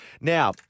Now